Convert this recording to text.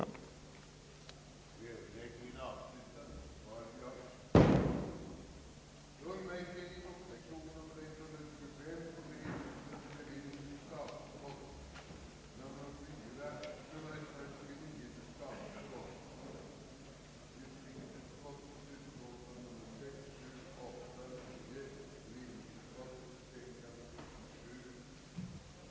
b) besluta, att det inom specialskolan skulle finnas skilda slag av lärare i huvudsak enligt de riktlinjer, som angivits i samma statsrådsprotokoll,